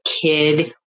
kid